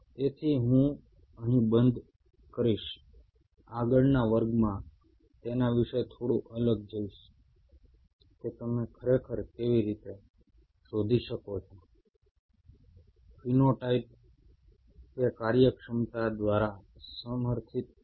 તેથી હું અહીં બંધ કરીશઆગળના વર્ગમાં તેના વિશે થોડું આગળ જઈશ કે તમે ખરેખર કેવી રીતે શોધી શકો છો ફિનોટાઇપ તે કાર્યક્ષમતા દ્વારા સમર્થિત છે